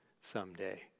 someday